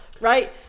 right